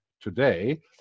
today